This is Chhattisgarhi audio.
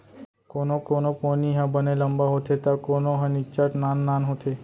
कोनो कोनो पोनी ह बने लंबा होथे त कोनो ह निच्चट नान नान होथे